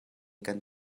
kan